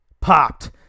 popped